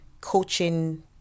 coaching